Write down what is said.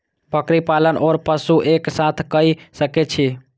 बकरी पालन ओर पशु एक साथ कई सके छी?